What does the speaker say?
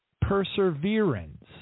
perseverance